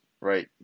right